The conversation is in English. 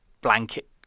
blanket